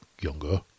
younger